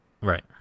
right